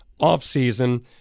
offseason